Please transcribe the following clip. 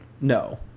No